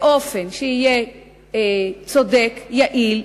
באופן שיהיה צודק ויעיל.